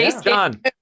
John